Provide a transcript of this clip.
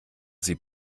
sie